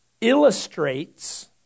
illustrates